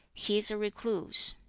he is a recluse,